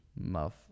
Muff